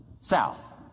south